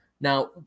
Now